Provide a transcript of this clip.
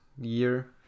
year